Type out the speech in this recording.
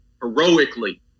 heroically